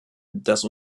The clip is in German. das